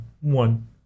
one